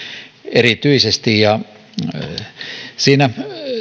erityisesti siinä